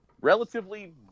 relatively